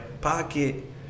pocket